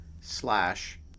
slash